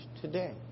today